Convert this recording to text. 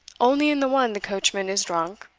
only in the one the coachman is drunk,